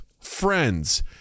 Friends